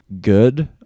good